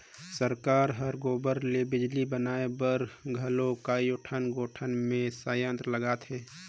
सरकार हर गोबर ले बिजली बनाए बर घलो कयोठन गोठान मे संयंत्र लगात हे